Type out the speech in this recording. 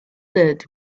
that